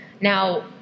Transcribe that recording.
Now